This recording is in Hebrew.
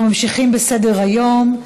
אנחנו ממשיכים בסדר-היום.